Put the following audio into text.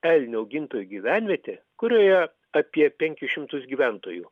elnių augintojų gyvenvietė kurioje apie penkis šimtus gyventojų